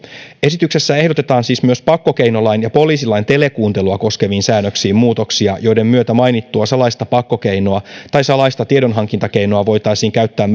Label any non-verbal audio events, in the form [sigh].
esityksessä ehdotetaan siis myös pakkokeinolain ja poliisilain telekuuntelua koskeviin säännöksiin muutoksia joiden myötä mainittua salaista pakkokeinoa tai salaista tiedonhankintakeinoa voitaisiin käyttää [unintelligible]